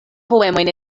poemojn